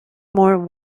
more